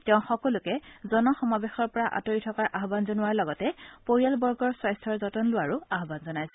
তেওঁ সকলোকে জনসমাৱেশৰ পৰা আঁতৰি থকাৰ আহান জনোৱাৰ লগতে পৰিয়ালবৰ্গৰ স্বাস্থৰ যতন লোৱাৰো আহান জনাইছে